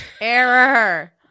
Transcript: Error